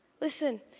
listen